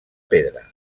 pedra